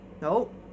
no